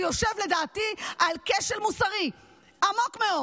זה יושב לדעתי על כשל מוסרי עמוק מאוד.